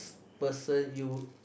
person you